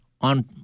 on